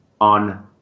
on